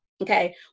Okay